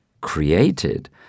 created